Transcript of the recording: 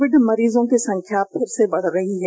Covid मरीजों की संख्या फिर से बढ़ रही है